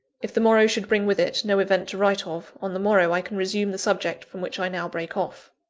if the morrow should bring with it no event to write of, on the morrow i can resume the subject from which i now break off.